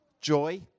joy